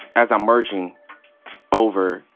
as i'm merging over,